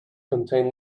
contain